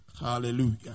Hallelujah